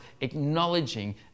acknowledging